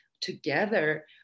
together